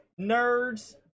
nerds